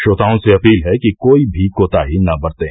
श्रोताओं से अपील है कि कोई भी कोताही न बरतें